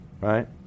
right